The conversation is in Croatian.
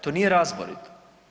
To nije razborito.